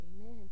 Amen